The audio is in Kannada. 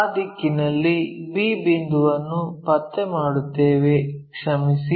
ಆ ದಿಕ್ಕಿನಲ್ಲಿ b ಬಿಂದುವನ್ನು ಪತ್ತೆ ಮಾಡುತ್ತೇವೆ ಕ್ಷಮಿಸಿ